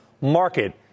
market